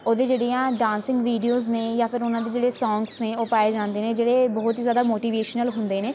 ਉਹਦੇ ਜਿਹੜੀਆਂ dancing videos ਨੇ ਜਾਂ ਫਿਰ ਉਹਨਾਂ ਦੇ ਜਿਹੜੇ ਸੌਂਗਸ ਨੇ ਉਹ ਪਾਏ ਜਾਂਦੇ ਨੇ ਜਿਹੜੇ ਬਹੁਤ ਹੀ ਜ਼ਿਆਦਾ ਮੋਟੀਵੇਸ਼ਨਲ ਹੁੰਦੇ ਨੇ